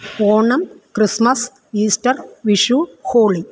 Onam Christmas Easter holy